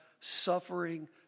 suffering